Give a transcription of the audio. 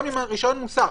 גם אם הרישיון מוסר,